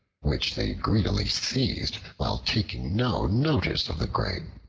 which they greedily seized while taking no notice of the grain.